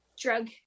drug